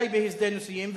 טייבה היא שדה ניסויים,